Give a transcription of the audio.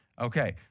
Okay